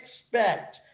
expect